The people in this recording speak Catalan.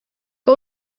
que